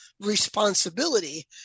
responsibility